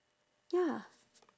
ya